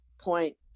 point